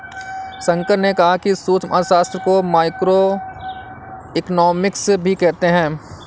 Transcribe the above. शंकर ने कहा कि सूक्ष्म अर्थशास्त्र को माइक्रोइकॉनॉमिक्स भी कहते हैं